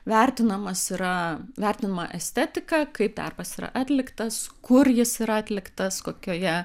vertinamas yra vertinama estetika kaip darbas yra atliktas kur jis yra atliktas kokioje